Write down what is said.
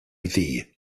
ddu